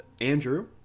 Andrew